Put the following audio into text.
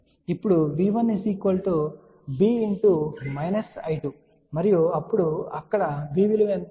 ఇప్పుడు V1 B మరియు అప్పుడు ఇక్కడ B విలువ ఎంత